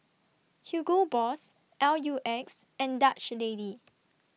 Hugo Boss L U X and Dutch Lady